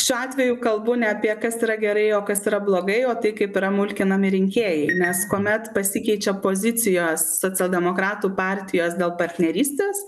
šiuo atveju kalbu ne apie kas yra gerai o kas yra blogai o tai kaip yra mulkinami rinkėjai nes kuomet pasikeičia pozicijos socialdemokratų partijos dėl partnerystės